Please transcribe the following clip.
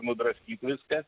nudraskyt viską